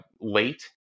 Late